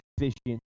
efficient